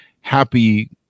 happy